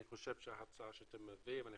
אני חושב שההצעה שאתם מביאים זה